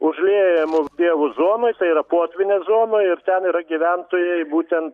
užliejamų pievų zonoj tai yra potvynio zonoj ir ten yra gyventojai būten